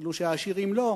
כאילו שהעשירים לא.